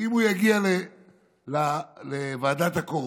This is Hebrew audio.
שאם הוא יגיע לוועדת הקורונה,